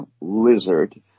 Lizard